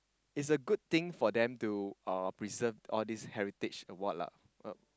it's a good thing for them to uh preserve all these heritage award lah uh